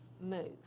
move